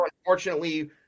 Unfortunately